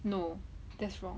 no that's wrong